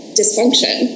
dysfunction